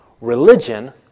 religion